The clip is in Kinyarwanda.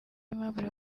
aimable